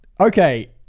okay